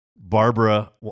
Barbara